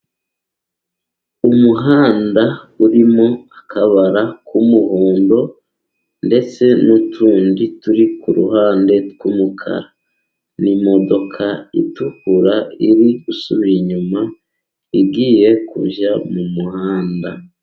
Umuhanda urimo akabara k'umuhondo, ndetse n'utundi turi ku ruhande tw'umukara. N'imodoka itukura iri gusubira inyuma, igiye kujya mu muhanda.